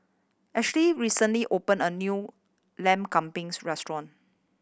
Ashlea recently opened a new Lamb Kebabs Restaurant